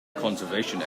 conservation